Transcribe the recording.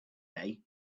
day